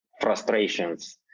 frustrations